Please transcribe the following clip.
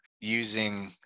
using